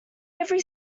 every